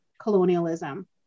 colonialism